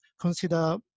consider